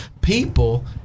People